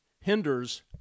hinders